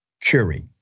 Curie